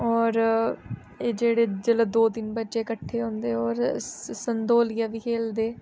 होर एह् जेह्ड़े जेल्लै दो तिन्न बच्चे कट्ठे होंदे होर स संतोलिया बी खेलदे